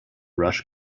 rush